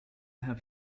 have